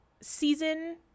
season